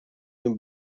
you